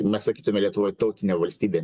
mes sakytume lietuvoj tautinė valstybė